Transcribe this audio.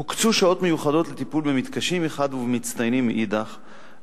הוקצו שעות מיוחדות לטיפול במתקשים מחד גיסא ובמצטיינים מאידך גיסא.